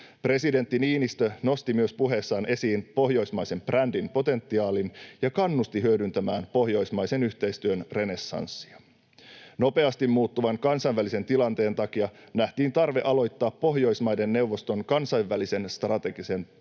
Presidentti Niinistö nosti myös puheessaan esiin pohjoismaisen brändin potentiaalin ja kannusti hyödyntämään pohjoismaisen yhteistyön renessanssia. Nopeasti muuttuvan kansainvälisen tilanteen takia nähtiin tarve aloittaa Pohjoismaiden neuvoston kansainvälisen strategian